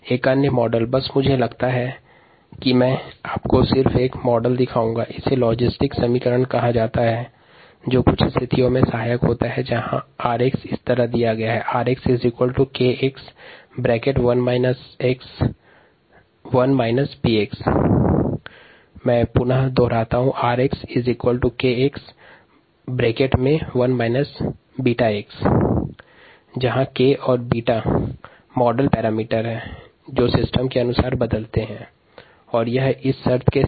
सन्दर्भ स्लाइड समय 1147 में लॉजिस्टिक या संभार समीकरण प्रदर्शित है जहां 𝑟𝑥 निम्नानुसार है rxkx1 βx इस समीकरण में 𝑘 और 𝛽 मानकीकृत कारक हैं जो तंत्र के अनुसार परिवर्तित होते हैं